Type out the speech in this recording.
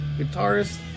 guitarist